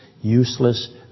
useless